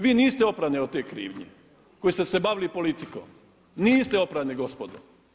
Vi niste oprani od te krivnje koji ste se bavili politikom, niste oprani gospodo.